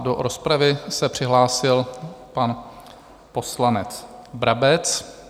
Do rozpravy se přihlásil pan poslanec Brabec.